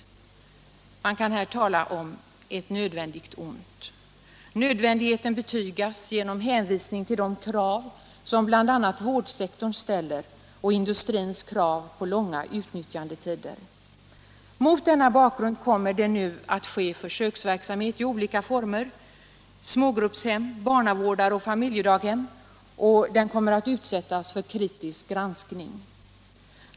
Man kan här tala om ”ett nödvändigt ont”. Nödvändigheten betygas genom hänvisning till de krav som bl.a. vårdsektorn ställer och till industrins krav på långa utnyttjandetider. Mot denna bakgrund kommer det nu att ske försöksverksamhet i olika former — smågruppshem, barnavårdare och familjedaghem — och den kommer att utsättas för kritisk granskning.